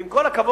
ועם כל הכבוד,